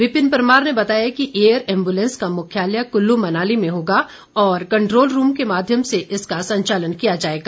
विपिन परमार ने बताया कि एयर ऐम्बूलेंस का मुख्यालय कुल्लू मनाली में होगा और कंट्रोल रूम के माध्यम से इसका संचालन किया जाएगा